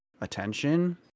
attention